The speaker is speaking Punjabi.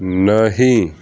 ਨਹੀਂ